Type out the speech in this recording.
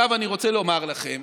אני רוצה לומר לכם